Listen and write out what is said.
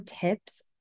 tips